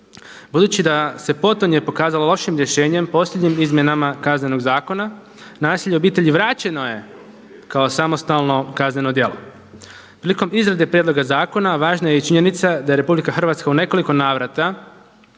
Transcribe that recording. budući da se potonje pokazalo lošim rješenjem posljednjim izmjenama Kaznenog zakona nasilje u obitelji i vraćeno je kao samostalno kazneno djelo. Prilikom izrade prijedloga zakona važna je i činjenica da je RH u nekoliko navrata